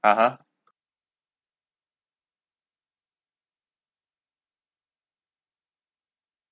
(uh huh)